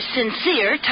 sincere